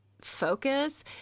focus